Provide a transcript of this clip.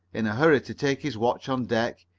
in a hurry to take his watch on deck,